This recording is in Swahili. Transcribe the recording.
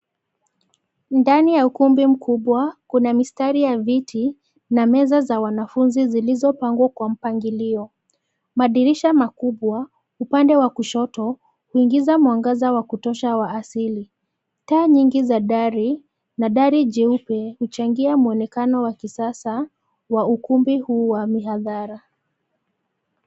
Ndani ya ukumbi mkubwa kuna mistari ya viti na meza za wanafunzi zilizopangwa kwa mpangilio. Madirisha makubwa, upande wa kushoto huingiza mwangaza wa kutosha wa asili. Taa nyingi za dari na dari jeupe huchangia mwonekano wa kisasa wa ukumbi huu wa mihadhara.